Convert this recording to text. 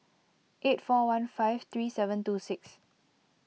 eight four one five three seven two six